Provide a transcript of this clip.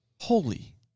holy